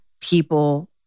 People